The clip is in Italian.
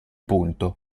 punto